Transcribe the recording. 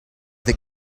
they